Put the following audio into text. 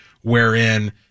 wherein